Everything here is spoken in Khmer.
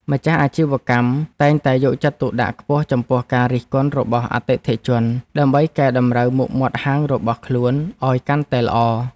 ម្ចាស់អាជីវកម្មតែងតែយកចិត្តទុកដាក់ខ្ពស់ចំពោះការរិះគន់របស់អតិថិជន ដើម្បីកែតម្រូវមុខមាត់ហាងរបស់ខ្លួនឱ្យកាន់តែល្អ។